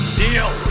deal